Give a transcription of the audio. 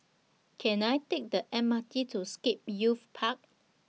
Can I Take The M R T to Scape Youth Park